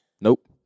nope